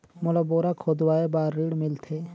मोला बोरा खोदवाय बार ऋण मिलथे?